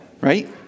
right